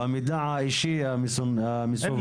במידע האישי המסווג.